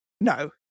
No